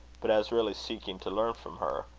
but as really seeking to learn from her,